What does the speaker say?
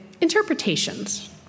interpretations